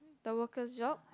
the worker's job